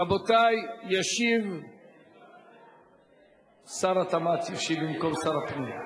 רבותי, שר התמ"ת ישיב במקום שר הפנים.